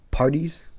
parties